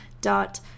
dot